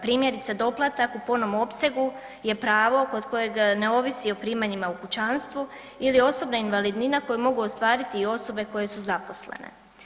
Primjerice, doplatak u punom opsegu je pravo kod kojeg ne ovisi o primanjima u kućanstvu ili osobne invalidnine koju mogu ostvariti i osobe koje su zaposlene.